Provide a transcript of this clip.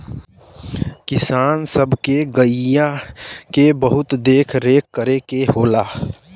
किसान सब के गइया के बहुत देख रेख करे के होला